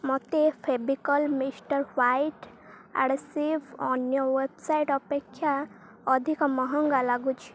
ମୋତେ Fevicol mister white adhesive ଅନ୍ୟ website ଅପେକ୍ଷା ଅଧିକ ମହଙ୍ଗା ଲାଗୁଛି